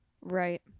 right